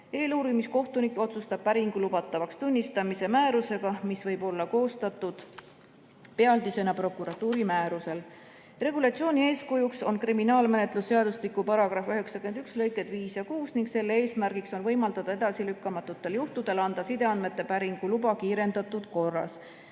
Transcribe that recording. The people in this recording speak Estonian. Eeluurimiskohtunik otsustab päringu lubatavaks tunnistamise määrusega, mis võib olla koostatud pealdisena prokuratuuri määrusel. Regulatsiooni eeskujuks on kriminaalmenetluse seadustiku § 91 lõiked 5 ja 6 ning selle eesmärk on võimaldada edasilükkamatutel juhtudel anda sideandmete päringu luba kiirendatud korras.